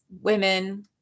women